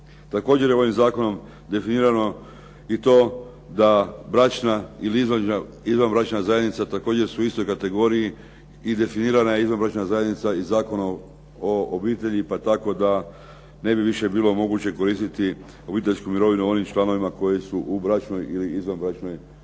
Također je ovim zakonom definirano i to da bračna ili izvanbračna zajednica također su u istoj kategoriji i definirana je izvanbračna zajednica i Zakonom o obitelji pa tako da ne bi više bilo moguće koristiti obiteljsku mirovinu onim članovima koji su u bračnoj ili izvanbračnoj zajednici